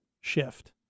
shift